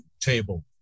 table